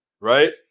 right